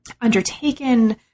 undertaken